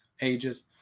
ages